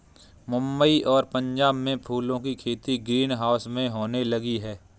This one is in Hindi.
मुंबई और पंजाब में फूलों की खेती ग्रीन हाउस में होने लगी है